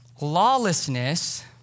Lawlessness